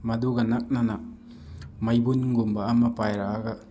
ꯃꯗꯨꯒ ꯅꯛꯅꯅ ꯃꯩꯕꯨꯟꯒꯨꯃꯕ ꯑꯃ ꯄꯥꯏꯔꯛꯑꯒ